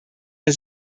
der